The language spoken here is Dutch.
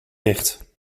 dicht